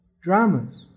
dramas